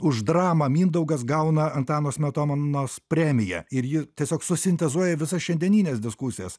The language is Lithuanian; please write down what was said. už dramą mindaugas gauna antano smetonos premiją ir ji tiesiog susintezuoja visą šiandienines diskusijas